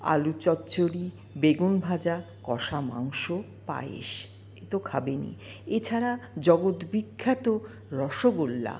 আলু চচ্চড়ি বেগুন ভাজা কষা মাংস পায়েস এ তো খাবেনই এছাড়া জগৎ বিখ্যাত রসগোল্লা